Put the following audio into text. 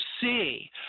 see